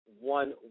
one